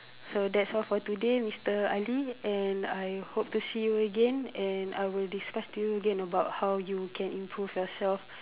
so that's all for today mister Ali and I hope to see you again and I will discuss to you again about how you can improve yourself